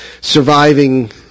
surviving